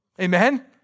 Amen